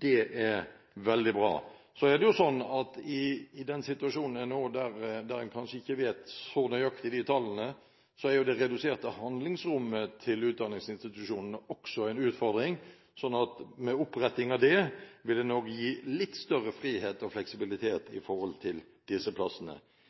Det er veldig bra. Det er også sånn at i en situasjon der man kanskje ikke kjenner disse tallene nøyaktig, er det reduserte handlingsrommet til utdanningsinstitusjonene også en utfordring, men retter man opp i det, vil det nok gi litt større frihet og fleksibilitet når det gjelder disse plassene.